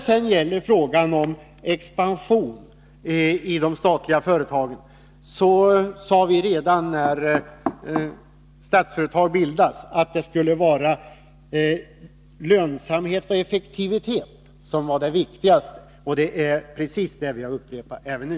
I fråga om expansion i de statliga företagen sade vi redan när Statsföretag bildades att det skulle vara lönsamhet och effektivitet som var det viktigaste, och det är precis det vi har upprepat även nu.